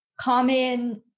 common